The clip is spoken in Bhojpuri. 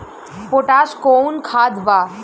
पोटाश कोउन खाद बा?